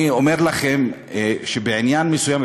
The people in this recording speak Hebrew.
אני אומר לכם שבעניין מסוים,